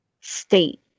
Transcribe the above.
state